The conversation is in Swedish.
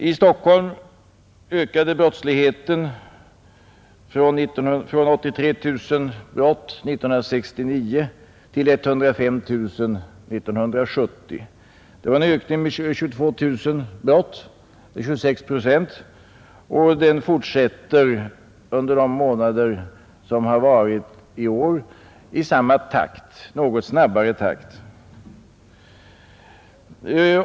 I Stockholm ökade brottsligheten från 83 000 brott 1969 till 105 000 1970. Det var en ökning med 22000 brott eller 26 procent, och ökningen har fortsatt i något snabbare takt under de månader i år som har gått.